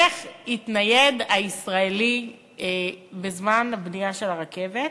איך יתנייד הישראלי בזמן הבנייה של הרכבת,